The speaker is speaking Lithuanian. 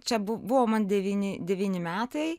čia buvo man devyni devyni metai